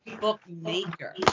bookmaker